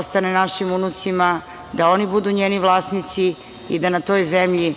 ostane našim unucima, da oni budu njeni vlasnici i da na toj zemlji,